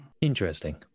Interesting